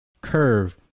curve